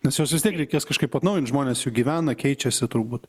nes juos vis tiek reikės kažkaip atnaujint žmonės juk gyvena keičiasi turbūt